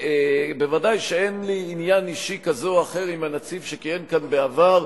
כמובן שאין לי עניין אישי כזה או אחר עם הנציב שכיהן כאן בעבר,